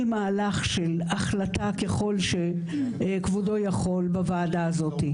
מהלך של החלטה ככל שכבודו יכול בוועדה הזאת.